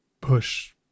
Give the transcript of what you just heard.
push